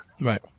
Right